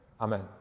amen